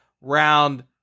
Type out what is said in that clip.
round